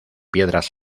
piedras